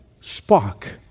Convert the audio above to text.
spark